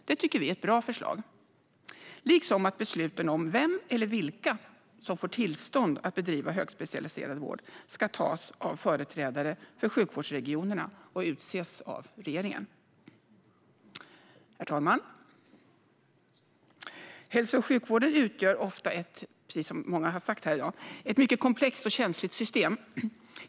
Detta tycker vi är ett bra förslag, liksom att besluten om vem eller vilka som får tillstånd att bedriva högspecialiserad vård ska fattas av företrädare för sjukvårdsregionerna och utses av regeringen. Herr talman! Som många har sagt här i dag utgör hälso och sjukvården ofta ett mycket komplext och känsligt system.